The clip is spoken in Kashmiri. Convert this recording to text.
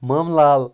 مامہٕ لال